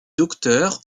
docteur